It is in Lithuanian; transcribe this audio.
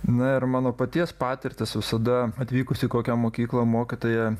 na ir mano paties patirtys visada atvykus į kokią mokyklą mokytoja